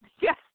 Yes